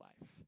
life